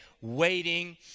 waiting